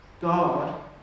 God